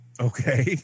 Okay